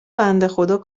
بندهخدا